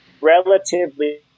relatively